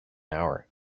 hour